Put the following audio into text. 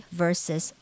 versus